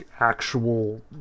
actual